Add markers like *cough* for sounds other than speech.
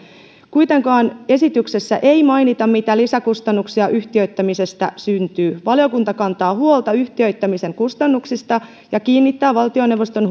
kuitenkaan esityksessä ei mainita mitä lisäkustannuksia yhtiöittämisestä syntyy valiokunta kantaa huolta yhtiöittämisen kustannuksista ja kiinnittää valtioneuvoston *unintelligible*